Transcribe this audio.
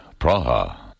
Praha